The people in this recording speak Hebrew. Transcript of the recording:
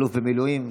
האלוף במילואים,